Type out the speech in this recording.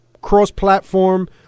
cross-platform